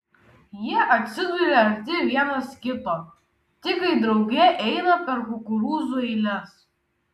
jie atsiduria arti vienas kito tik kai drauge eina per kukurūzų eiles